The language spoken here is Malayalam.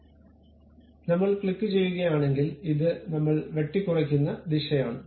അതിനാൽ നമ്മൾ ക്ലിക്കുചെയ്യുകയാണെങ്കിൽ ഇത് നമ്മൾ വെട്ടിക്കുറയ്ക്കുന്ന ദിശയാണ്